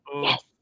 Yes